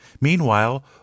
Meanwhile